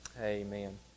Amen